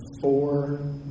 four